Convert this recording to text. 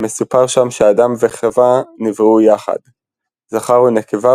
מסופר שם שהאדם וחוה נבראו יחד – "זכר ונקבה,